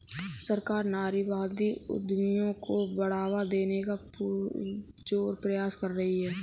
सरकार नारीवादी उद्यमियों को बढ़ावा देने का पुरजोर प्रयास कर रही है